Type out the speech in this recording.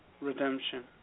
Redemption